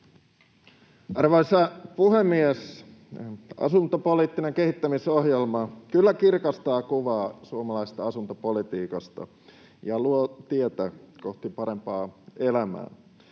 Arvoisa puhemies! Asuntopoliittinen kehittämisohjelma kyllä kirkastaa kuvaa suomalaisesta asuntopolitiikasta ja luo tietä kohti parempaa elämää.